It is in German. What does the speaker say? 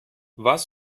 was